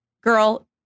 Girl